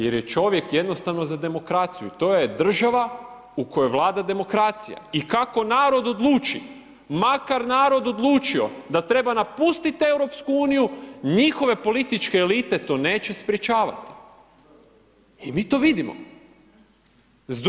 Jer je čovjek jednostavno za demokraciju, to je država u kojoj vlada demokracija i kako narod odluči, makar narod odlučio da treba napustiti EU, njihove političke elite to neće sprječavati i mi to vidimo.